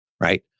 right